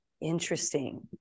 Interesting